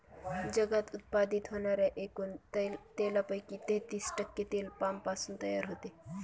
जगात उत्पादित होणाऱ्या एकूण तेलापैकी तेहतीस टक्के तेल पामपासून तयार होते